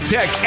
Tech